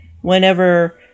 Whenever